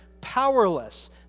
powerless